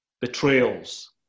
betrayals